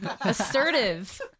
Assertive